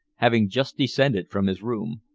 having just descended from his room.